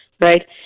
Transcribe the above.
right